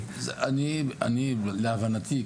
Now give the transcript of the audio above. --- להבנתי,